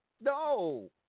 no